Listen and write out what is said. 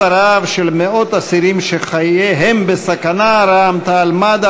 הרעב של מאות אסירים שחייהם בסכנה רע"ם-תע"ל-מד"ע,